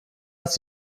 ist